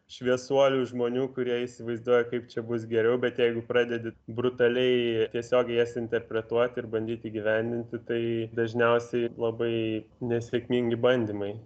šviesuolių žmonių kurie įsivaizduoja kaip čia bus geriau bet jeigu pradedi brutaliai tiesiogiai jas interpretuoti ir bandyti įgyvendinti tai dažniausiai labai nesėkmingi bandymai